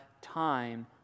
time